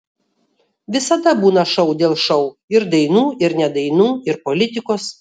visada būna šou dėl šou ir dainų ir ne dainų ir politikos